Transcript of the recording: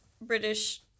British